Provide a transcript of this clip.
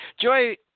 joy